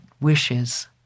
wishes